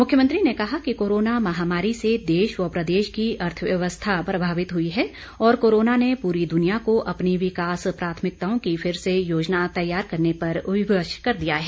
मुख्यमंत्री ने कहा कि कोरोना महामारी से देश व प्रदेश की अर्थव्यवस्था प्रभावित हुई है और कोरोना ने पूरी दुनिया को अपनी विकास प्राथमिकताओं की फिर से योजना तैयार करने पर विवश कर दिया है